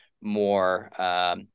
more